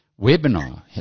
webinar